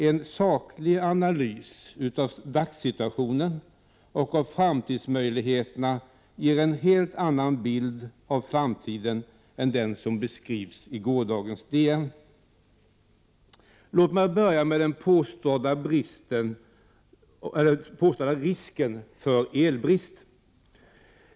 En saklig analys av dagssituationen och av framtidsmöjligheterna ger en helt annan bild av framtiden än den som återges i gårdagens DN. Låt mig börja med den påstådda risken för elbrist.